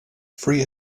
free